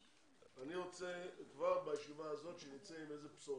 אני רוצה כבר בישיבה הזאת שנצא עם איזה בשורה.